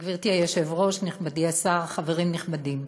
גברתי היושבת-ראש, נכבדי השר, חברים נכבדים,